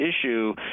issue